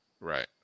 Right